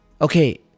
Okay